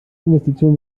investition